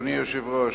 אדוני היושב-ראש,